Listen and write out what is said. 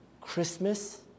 Christmas